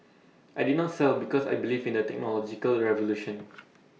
I did not sell because I believe in the technological revolution